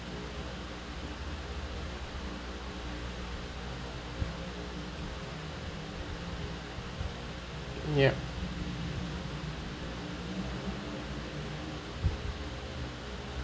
yup